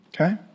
okay